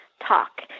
talk